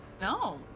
No